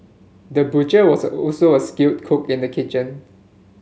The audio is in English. the butcher was also a skilled cook in the kitchen